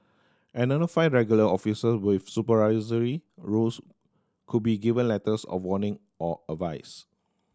another five regular officer with supervisory roles could be given letters of warning or advice